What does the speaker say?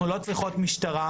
אנחנו לא צריכות משטרה,